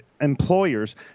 employers